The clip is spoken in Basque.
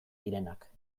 direnak